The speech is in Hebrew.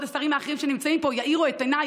השרים האחרים שנמצאים פה יאירו את עיניי,